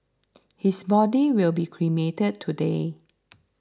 his body will be cremated today